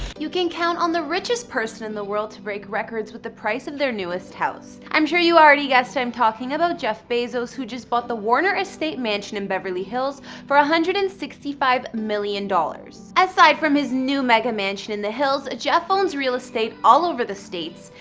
you can count on the richest person in the world to break records with the price of their newest house. i'm sure you already guessed i'm talking about jeff bezos, who just bought the warner estate mansion in beverly hills for one hundred and sixty five million dollars. aside from his new mega mansion in the hills, jeff owns real estate all over the states,